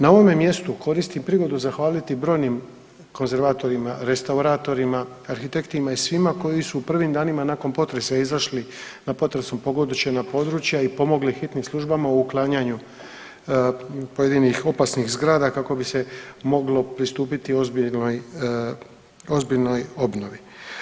Na ovome mjestu koristim prigodu zahvaliti brojnim konzervatorima, restauratorima, arhitektima i svima koji su u prvim danima nakon potresa izašli na potresnom pogođena područja i pomogli hitnim službama u uklanjanju pojedinih opasnih zgrada kako bi se moglo pristupiti ozbiljnoj, ozbiljnoj obnovi.